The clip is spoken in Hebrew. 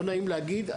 לא נעים להגיד,